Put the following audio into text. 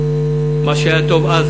מה שהיה טוב אז,